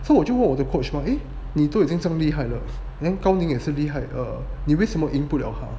so 我就我的 coach mah eh 你都已经这么厉害了 then 高宁也是厉害 err 高宁也是厉害你为什么赢不他